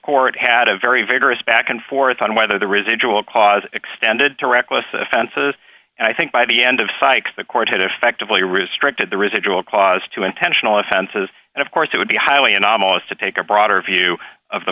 court had a very vigorous back and forth on whether the residual cause extended to reckless offenses and i think by the end of sykes the court had effectively restricted the residual clause to intentional offenses and of course it would be highly anomalous to take a broader view of the